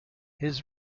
his